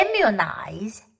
immunize